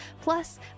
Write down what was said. plus